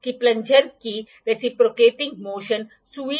और यह मेग्नीट्यूड है जो दिया गया है तो दस माइक्रोन दस डिग्री